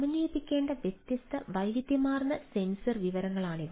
സമന്വയിപ്പിക്കേണ്ട വ്യത്യസ്ത വൈവിധ്യമാർന്ന സെൻസർ വിവരങ്ങളാണിവ